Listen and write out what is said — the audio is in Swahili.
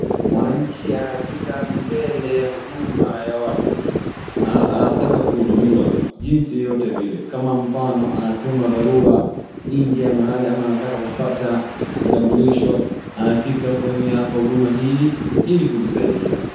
Mwananchi anafika mbele ya huduma ya watu, anataka kuhudumiwa jinsi yoyote vile, kama mfano anatuma barua nje mahali ama anataka kupata kitambulisho. Anafika kwenye hapa huduma hili ili kujisaidia.